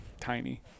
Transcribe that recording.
tiny